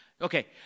okay